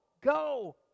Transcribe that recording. go